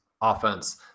offense